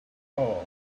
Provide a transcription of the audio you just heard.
are